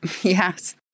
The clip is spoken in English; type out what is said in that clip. Yes